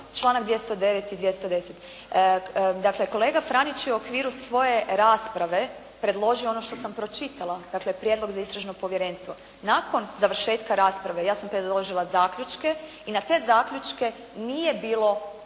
Članak 209. i 210. Dakle, kolega Franić je u okviru svoje rasprave predložio ono što sam pročitala, dakle prijedlog za istražno povjerenstvo. Nakon završetka rasprave ja sam predložila zaključke i na te zaključke nije bilo